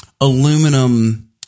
aluminum